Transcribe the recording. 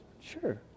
Sure